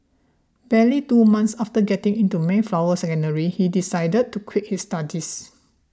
barely two months after getting into Mayflower Secondary he decided to quit his studies